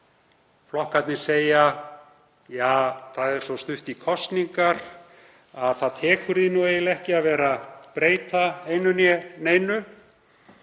Flokkarnir segja: Ja, það er svo stutt í kosningar að það tekur því eiginlega ekki að vera að breyta einu né neinu,